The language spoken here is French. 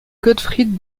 gottfried